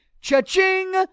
cha-ching